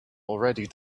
already